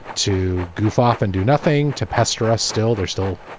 to goof off and do nothing to pester us. still there. still.